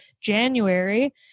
January